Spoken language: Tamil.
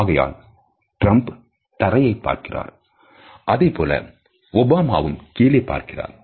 ஆகையால் ட்ரம்ப் தரையைப் பார்க்கிறார் அதைப்போல ஒபாமாவும் கீழே பார்க்கிறார்